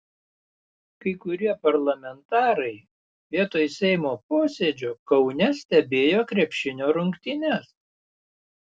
kai kurie parlamentarai vietoj seimo posėdžio kaune stebėjo krepšinio rungtynes